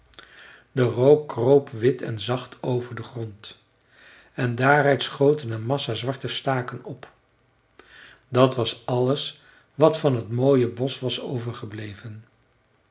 de rook kroop wit en zacht over den grond en daaruit schoten een massa zwarte staken op dat was alles wat van het mooie bosch was overgebleven